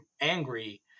angry